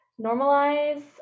normalize